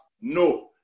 no